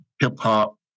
hip-hop